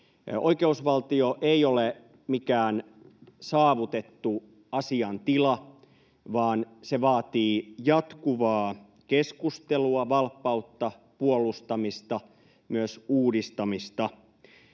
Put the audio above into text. Oikeusvaltio ei ole mikään saavutettu asian tila, vaan se vaatii jatkuvaa keskustelua, valppautta, puolustamista, myös uudistamista.